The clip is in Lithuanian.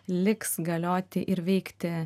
liks galioti ir veikti